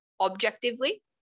objectively